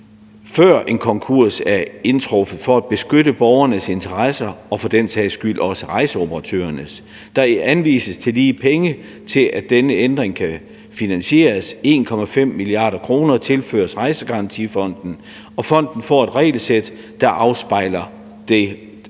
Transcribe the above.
før en konkurs er indtruffet, for at beskytte borgernes interesser og for den sags skyld også rejseoperatørernes, og der anvises tillige penge til, at denne ændring kan finansieres. 1,5 mia. kr. tilføres Rejsegarantifonden, og fonden får et regelsæt, der afspejler dens